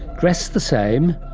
dressed the same,